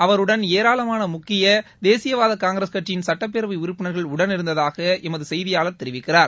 அவருடன் ஏராளமான முக்கிய தேசியவாத காங்கிரஸ் கட்சியின் சட்டப்பேரவை உறுப்பினர்கள் உடனிருந்ததாக எமது செய்தியாளர் தெரிவிக்கிறார்